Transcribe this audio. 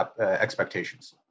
expectations